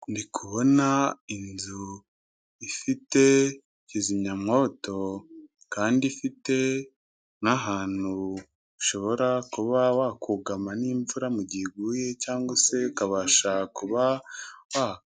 Ndikubona inzu ifite kizimyamwoto kandi ifite n'ahantu ushobora kuba wakugama n'imvura mu gihe iguye cyangwa se ukabasha kuba wa.